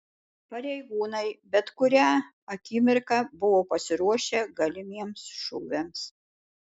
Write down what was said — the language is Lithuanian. pareigūnai bet kurią akimirką buvo pasiruošę galimiems šūviams